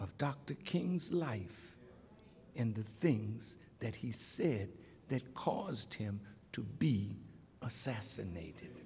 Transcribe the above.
of dr king's life and the things that he said that caused him to be assassinated